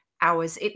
hours